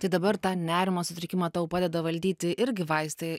tai dabar tą nerimo sutrikimą tau padeda valdyti irgi vaistai